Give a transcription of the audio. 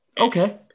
Okay